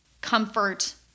comfort